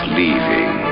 leaving